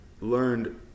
learned